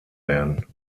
werden